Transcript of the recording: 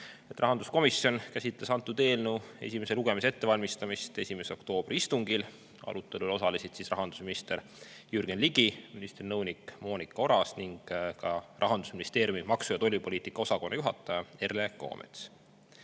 Rahanduskomisjon käsitles antud eelnõu esimese lugemise ettevalmistamist 1. oktoobri istungil. Arutelul osalesid rahandusminister Jürgen Ligi, ministri nõunik Moonika Oras ning ka Rahandusministeeriumi maksu- ja tollipoliitika osakonna juhataja Erle Kõomets. Erle